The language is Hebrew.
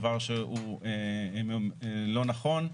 דבר שהוא לא נכון,